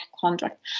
contract